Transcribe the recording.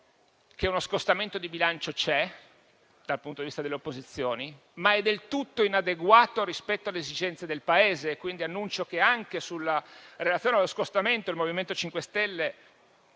che uno scostamento di bilancio c'è, dal punto di vista delle opposizioni, perché è del tutto inadeguato rispetto alle esigenze del Paese. Annuncio quindi che anche sulla Relazione al Parlamento il MoVimento 5 Stelle